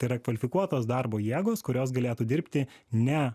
tai yra kvalifikuotos darbo jėgos kurios galėtų dirbti ne